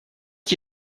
qui